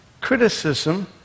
Criticism